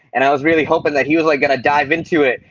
and i was really hoping that he was like going to dive into it.